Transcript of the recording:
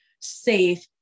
safe